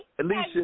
Alicia